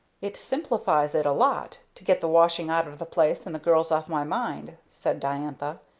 it simplifies it a lot to get the washing out of the place and the girls off my mind, said diantha.